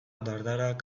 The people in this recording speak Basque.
dardarak